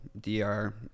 dr